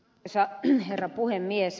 arvoisa herra puhemies